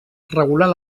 regular